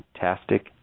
fantastic